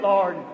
Lord